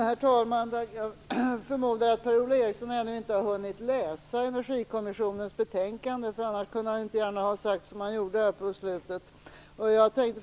Herr talman! Jag förmodar att Per-Ola Eriksson ännu inte har hunnit läsa Energikommissionens betänkande - annars kunde han inte gärna ha sagt det han sade i slutet av sitt anförande.